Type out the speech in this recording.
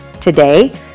Today